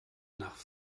nach